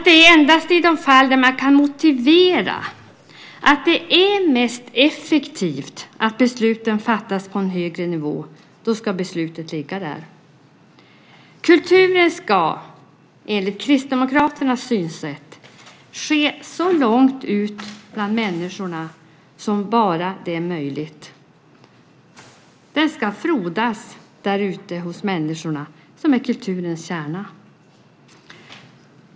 Det är endast i de fall där man kan motivera att det är mest effektivt att besluten fattas på en högre nivå som besluten ska ligga där. Kulturen ska, enligt Kristdemokraternas synsätt, ske så långt ut bland människorna som det bara är möjligt. Den ska frodas där ute hos människorna, som är kulturens kärna.